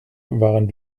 waren